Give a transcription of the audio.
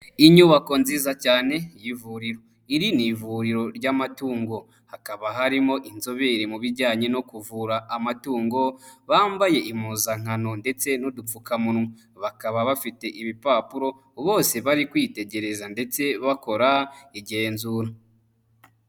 Inyubako nziza cyane y'ivuriro, iri ni ivuriro ry'amatungo, hakaba harimo inzobere mu bijyanye no kuvura amatungo, bambaye impuzankano ndetse n'udupfukamunwa, bakaba bafite ibipapuro bose bari kwitegereza ndetse bakora igenzura.